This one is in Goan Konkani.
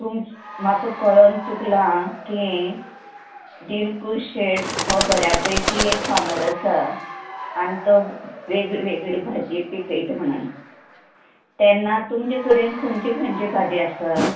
तुमचे म्हाका कोळोन चुकलां की दिलकूश शेट हो बऱ्या पैकी एक फार्मर आसा आनी तो वेगळीं वेगळीं भाजी पिकयता म्हणून तेन्ना तुमचे कडेन खंयची खंयची भाजी आसा